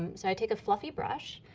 um so i take a fluffy brush,